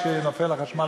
לא, אתם רוצים שנצביע?